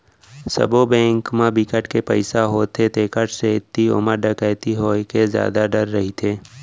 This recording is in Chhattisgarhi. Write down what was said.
सबो बेंक म बिकट के पइसा होथे तेखर सेती ओमा डकैती होए के जादा डर रहिथे